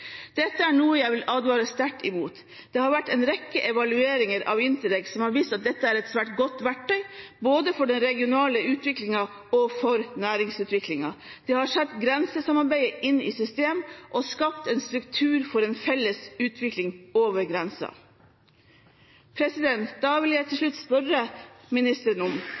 Dette er noe jeg vil advare sterkt imot. Det har vært en rekke evalueringer av Interreg som har vist at dette er et svært godt verktøy, både for den regionale utviklingen og for næringsutviklingen. Det har satt grensesamarbeidet inn i system og skapt en struktur for en felles utvikling over grensen. Da vil jeg til slutt spørre ministeren: